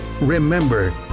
Remember